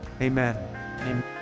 amen